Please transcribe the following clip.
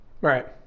Right